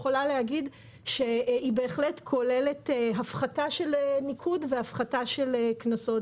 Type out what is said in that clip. והיא כוללת הפחתה של ניקוד והפחתה של קנסות.